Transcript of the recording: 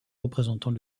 représentant